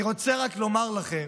אני רוצה רק לומר לכם